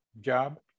job